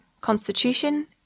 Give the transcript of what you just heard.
constitution